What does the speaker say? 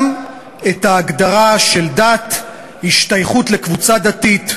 גם את ההגדרה של דת, השתייכות לקבוצה דתית,